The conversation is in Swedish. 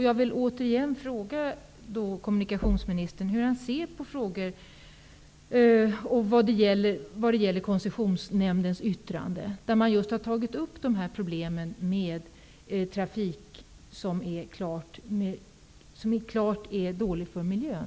Jag vill återigen fråga kommunikationsministern hur han ser på Koncessionsnämndens yttrande, i vilket man just har tagit upp problemen med trafiken, att den är klart dålig för miljön.